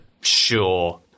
sure